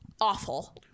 awful